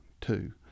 two